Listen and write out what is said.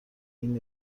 این